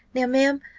now, ma'am,